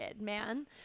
man